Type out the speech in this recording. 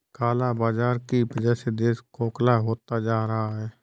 काला बाजार की वजह से देश खोखला होता जा रहा है